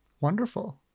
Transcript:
Wonderful